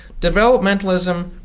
developmentalism